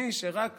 מי שרק